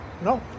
No